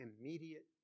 immediate